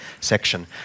section